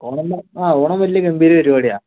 ഓണം ആഹ് ഓണം വലിയ ഗംഭീര പരിപാടിയാണ്